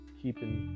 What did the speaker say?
keeping